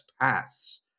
paths